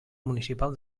municipal